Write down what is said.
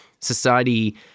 society